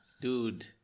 Dude